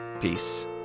Peace